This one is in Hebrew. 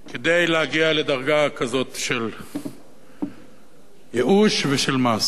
כדי להגיע לדרגה כזאת של ייאוש ושל מעשה.